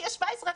שיהיו 17,